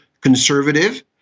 conservative